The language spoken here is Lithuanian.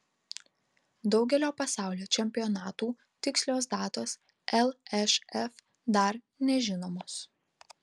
daugelio pasaulio čempionatų tikslios datos lšf dar nežinomos